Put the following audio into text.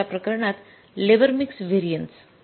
तिसर्या प्रकरणात labour mix variances